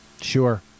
Sure